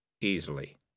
easily